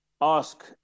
ask